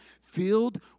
filled